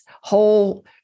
whole